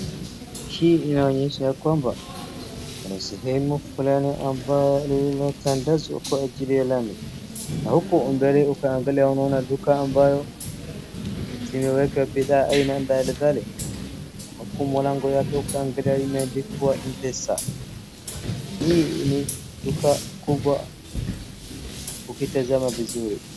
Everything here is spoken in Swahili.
Hii inaonyesha ya kwamba, kuna sehemu fulani ambayo lililotandazwa kwa ajili ya lami, na huku mbele ukiangalia unaona duka ambayo zimewekwa bidhaa aina mbalimbali, na huku milango yake ukiangalia unaona imeandikwa mpesa. Hii ni duka kubwa ukitazama vizuri.